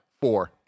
Four